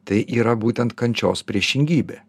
tai yra būtent kančios priešingybė